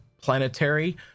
planetary